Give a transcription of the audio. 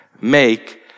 make